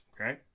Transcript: Okay